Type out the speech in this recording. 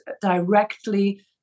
directly